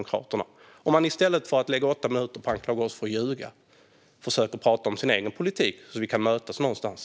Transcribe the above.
Jag hoppas att man i stället för att lägga åtta minuter på att anklaga oss för att ljuga försöker tala om sin egen politik så att vi kan mötas någonstans.